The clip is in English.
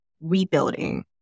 rebuilding